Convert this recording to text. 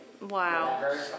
Wow